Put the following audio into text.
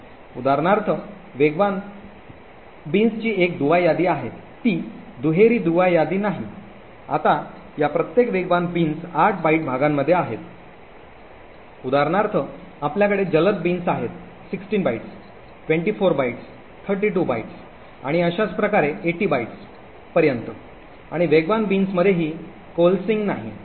उदाहरणार्थ वेगवान बीन्सची एक दुवा यादी आहे ती दुहेरी दुवा यादी नाही आता या प्रत्येक वेगवान बीन्स 8 बाइट भागांमध्ये आहेत उदाहरणार्थ आपल्याकडे जलद बीन्स आहेत 16 बाइट्स 24 बाइट्स 32 बाइट्स आणि अशाच प्रकारे 80 बाइट्स पर्यंत आणि वेगवान बीन्समध्येही कोलेसेसिंग नाही